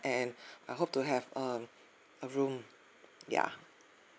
and I hope to have um a room ya